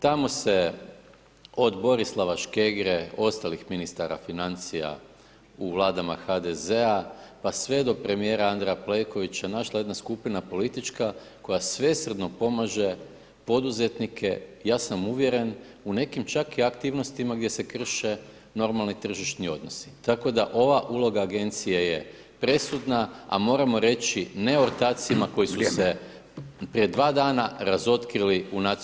Tamo se od Borislava Škegre i ostalih ministara financija u Vladama HDZ-a pa sve do premijera Andreja Plenkovića našla jedna skupina politička koja svesrdno pomaže poduzetnike, ja sam uvjeren u nekim čak i aktivnostima gdje se krše normalni tržišni odnosi tako da ova uloga agencije je presudna a moramo reći ne ortacima koji su se prije dva dana razotkrili u NSB-u.